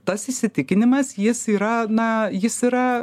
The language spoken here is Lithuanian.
tas įsitikinimas jis yra na jis yra